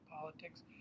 politics